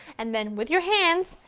and then with your hands,